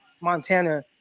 Montana